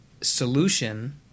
solution